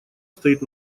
стоит